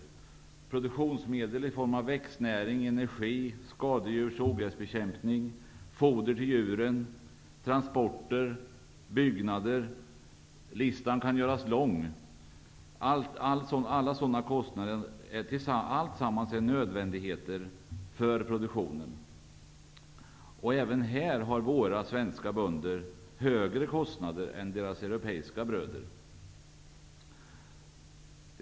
Kostnader för produktionsmedel i form av växtnäring, energi, skadedjurs och ogräsbekämpning, foder till djuren, transporter, byggnader -- listan kan göras lång -- är nödvändiga för produktionen. Även i detta sammanhang har de svenska bönderna högre kostnader är sina europeiska bröder.